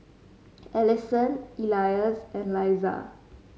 Allyson Elias and Leisa